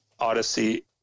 Odyssey